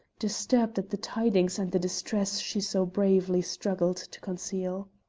disturbed at the tidings and the distress she so bravely struggled to conceal.